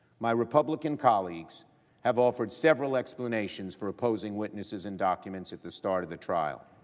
my republican colleagues have offered several explanations for opposing witnesses and documents at the start of the trial.